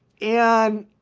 and